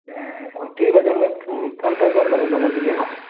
ହୁଁ ହଉ ଠିକ୍ ଅଛି ମୁଁ ଫୋନ୍ ପେ' କରିଦେମି ତମର ନିକି ହେଲା